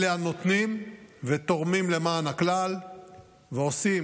אלה הנותנים ותורמים למען הכלל ועושים